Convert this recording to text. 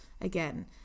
again